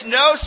no